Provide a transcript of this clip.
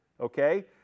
Okay